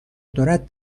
دارد